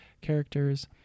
characters